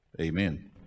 Amen